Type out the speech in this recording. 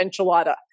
enchilada